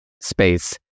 space